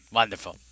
wonderful